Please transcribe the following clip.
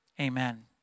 amen